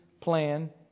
plan